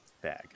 bag